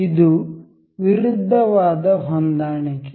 ಇದು ವಿರುದ್ಧವಾದ ಹೊಂದಾಣಿಕೆ